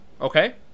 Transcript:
okay